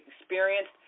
experienced